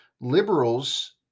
Liberals